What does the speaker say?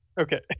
Okay